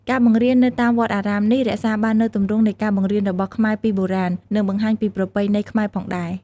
ការបង្រៀននៅតាមវត្តអារាមនេះ រក្សាបាននូវទម្រង់នៃការបង្រៀនរបស់ខ្មែរពីបុរាណ និងបង្ហាញពីប្រពៃណីខ្មែរផងដែរ។